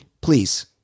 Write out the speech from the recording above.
please